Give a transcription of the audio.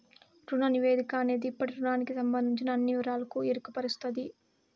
రుణ నివేదిక అనేది ఇప్పటి రుణానికి సంబందించిన అన్ని వివరాలకు ఎరుకపరుస్తది